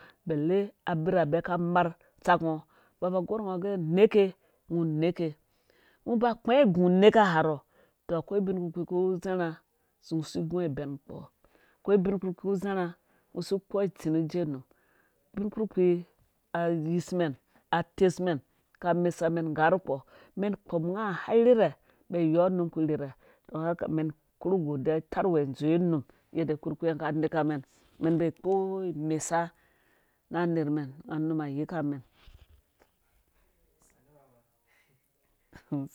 Bella abirabɛ ka marh utsak ngɔ mbɔ ba gorh ngɔ gɛ neke ngɔ neke ngɔ neke ngɔ ba kpɛ ngɔ nggu nekeha rho tɔ akwai ubin kpurkpii ku zharha si gungo ibɛn kpo akwai ubin kpurkpii ku zharha ngɔ si kpowɔ itsi ni ijee num ubin kpurkpii ayismɛm atesmɛn ka mesa mɛn ngga rhu kpɔ mɛn kpom nga har irhirhɛ bayɔ unum kpu irhirhɛ don haka mɛn korhu godiya tarh uwɛ dzowe num yadda kpurkpii nga ka neka mɛn mɛn ba kpo imesa na nerh mɛn nga num a yika mɛn